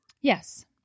Yes